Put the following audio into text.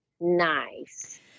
nice